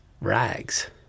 rags